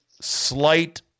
slight